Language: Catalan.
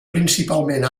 principalment